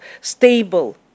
stable